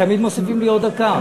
תמיד מוסיפים לי עוד דקה.